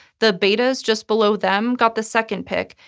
the betas, just below them, got the second pick,